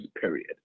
period